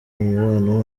umubano